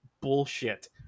bullshit